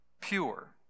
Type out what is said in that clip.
pure